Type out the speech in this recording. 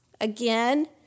again